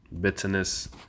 bitterness